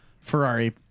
Ferrari